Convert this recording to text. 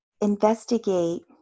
investigate